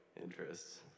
interests